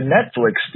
Netflix